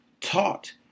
taught